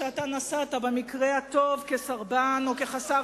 שאתה נסעת במקרה הטוב כסרבן או כחסר